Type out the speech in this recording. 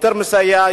יותר מסייע,